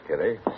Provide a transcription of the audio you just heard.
Kitty